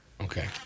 Okay